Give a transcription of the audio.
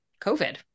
COVID